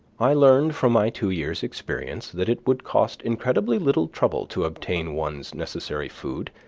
i learned from my two years' experience that it would cost incredibly little trouble to obtain one's necessary food,